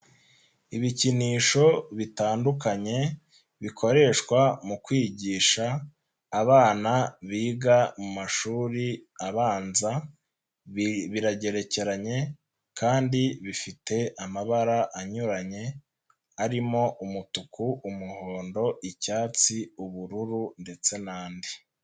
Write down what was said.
Ibikinisho bitandukanye bikoreshwa mu kwigisha abana biga mu mashuri abanza, biragerekeranye kandi bifite amabara anyuranye arimo; umutuku, muhondo, icyatsi, ubururu ndetse n'andi.